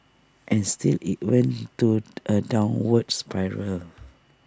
and still IT went to A downward spiral